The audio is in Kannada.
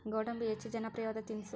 ಗೋಡಂಬಿ ಹೆಚ್ಚ ಜನಪ್ರಿಯವಾದ ತಿನಿಸು